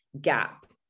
gap